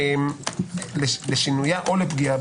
לפגיעה